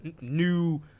new